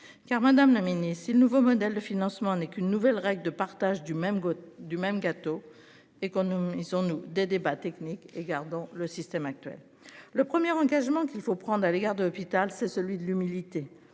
car Madame si le nouveau modèle de financement n'est qu'une nouvelle règle de partage du même du même gâteau et qu'on nous ils ont nous des débats techniques et gardons le système actuel, le premier engagement, qu'il faut prendre à l'égard de l'hôpital, c'est celui de l'humilité.